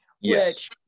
yes